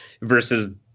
versus